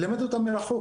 ללמד אותן מרחוק,